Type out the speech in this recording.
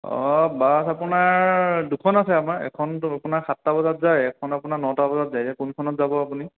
অঁ বাছ আপোনাৰ দুখন আছে আমাৰ এখনটো আপোনাৰ সাতটা বজাত যায় এখন আপোনাৰ নটা বজাত যায় এতিয়া কোনখনত যাব আপুনি